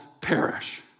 perish